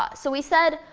ah so we said,